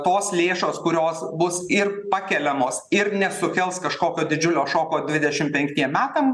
tos lėšos kurios bus ir pakeliamos ir nesukels kažkokio didžiulio šoko dvidešim penktiem metam